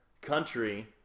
country